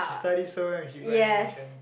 she studies so wekl she go animation